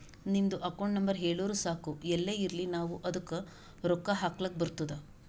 ನಿಮ್ದು account number ಹೇಳುರು ಸಾಕ್ ಎಲ್ಲೇ ಇರ್ಲಿ ನಾವೂ ಅದ್ದುಕ ರೊಕ್ಕಾ ಹಾಕ್ಲಕ್ ಬರ್ತುದ್